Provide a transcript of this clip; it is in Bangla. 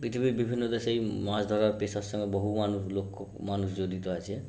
পৃথিবীর বিভিন্ন দেশেই মাছ ধরা পেশার সঙ্গে বহু মানুষ লক্ষ মানুষ জড়িত আছে